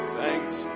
thanks